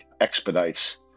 expedites